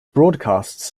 broadcasts